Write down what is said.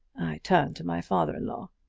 turned to my father-in-law.